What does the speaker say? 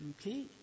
Okay